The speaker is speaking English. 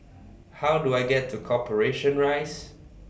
How Do I get to Corporation Rise